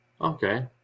Okay